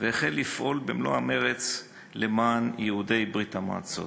והחל לפעול במלוא המרץ למען יהודי ברית-המועצות,